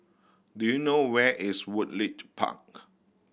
do you know where is Woodleigh Park